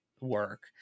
work